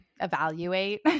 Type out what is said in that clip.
evaluate